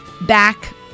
back